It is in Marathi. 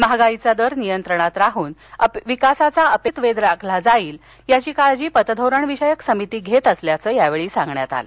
महागाईचा दर नियंत्रणात राहून विकासाचा अपेक्षित वेग राखला जाईल याची काळजी पतधोरण विषयक समिती घेत असल्याचं सांगण्यात आलं